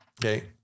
Okay